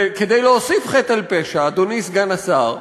וכדי להוסיף חטא על פשע, אדוני סגן השר,